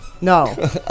No